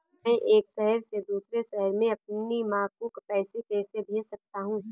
मैं एक शहर से दूसरे शहर में अपनी माँ को पैसे कैसे भेज सकता हूँ?